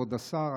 כבוד השר,